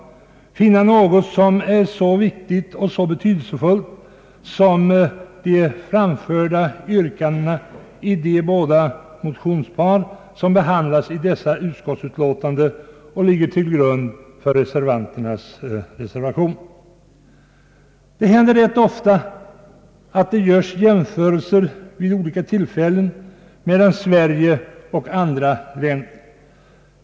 rättsvården finna något som är så viktigt och så betydelsefullt som yrkandena i de båda motioner som behandlas i detta utskottsutlåtande och som ligger till grund för reservanternas förslag. Det händer rätt ofta att det vid olika tillfällen görs jämförelser mellan Sverige och andra länder.